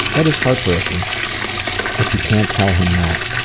that is heartbreaking that you can't tell him that.